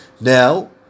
Now